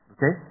Okay